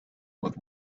with